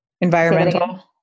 Environmental